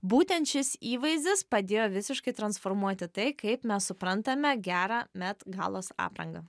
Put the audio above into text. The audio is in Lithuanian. būtent šis įvaizdis padėjo visiškai transformuoti tai kaip mes suprantame gerą met galos aprangą